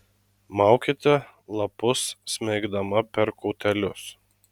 maukite lapus smeigdama per kotelius